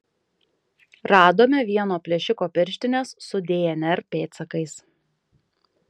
radome vieno plėšiko pirštines su dnr pėdsakais